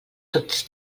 tots